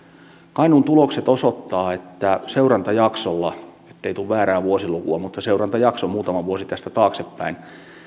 kainuun tulokset osoittavat että seurantajaksolla ettei tule väärää vuosilukua mutta seurantajakso muutama vuosi tästä taaksepäin